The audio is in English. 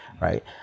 right